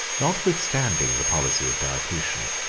notwithstanding the policy of diocletian,